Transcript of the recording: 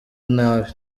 nabi